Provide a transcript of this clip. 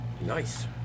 nice